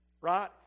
Right